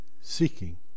seeking